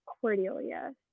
Cordelia